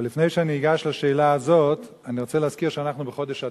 אבל לפני שאני אגש לשאלה הזאת אני רוצה להזכיר שאנחנו בחודש אדר.